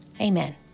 Amen